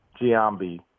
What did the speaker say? Giambi